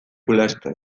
ulertzen